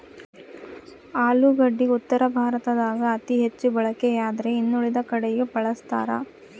ಆಲೂಗಡ್ಡಿ ಉತ್ತರ ಭಾರತದಾಗ ಅತಿ ಹೆಚ್ಚು ಬಳಕೆಯಾದ್ರೆ ಇನ್ನುಳಿದ ಕಡೆಯೂ ಬಳಸ್ತಾರ